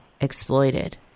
exploited